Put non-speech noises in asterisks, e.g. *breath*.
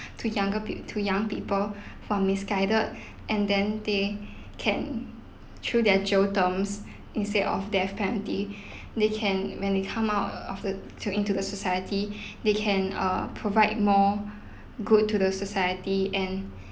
to younger peo~ to young people from misguided *breath* and then they can through their jail terms instead of death penalty *breath* they can when they come out uh after to into the society *breath* they can uh provide more good to the society and